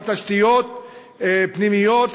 על תשתיות פנימיות,